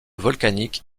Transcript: volcanique